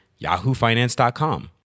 yahoofinance.com